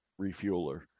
refueler